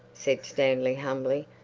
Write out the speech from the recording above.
said stanley humbly.